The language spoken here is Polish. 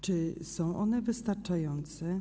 Czy są one wystarczające?